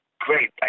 great